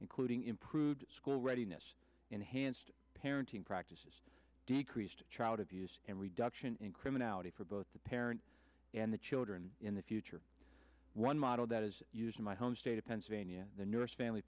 including improved school readiness enhanced parenting practices decreased child abuse and reduction in criminality for both the parent and the children in the future one model that is used in my home state of pennsylvania the nurse family